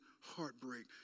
heartbreak